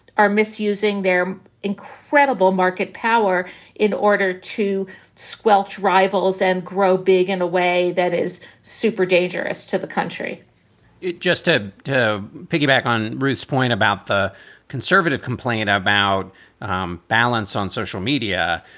are misusing their incredible market power in order to squelch rivals and grow big in a way that is super dangerous to the country it just ah to piggyback on ruth's point about the conservative complaint about um balance on social media,